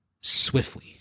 swiftly